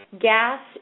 gas